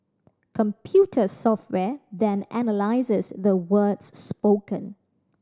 computer software then analyses the words spoken